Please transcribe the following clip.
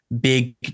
big